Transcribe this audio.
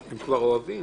הם כבר אוהבים.